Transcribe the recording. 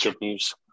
news